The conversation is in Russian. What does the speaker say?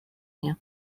мне